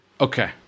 Okay